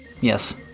Yes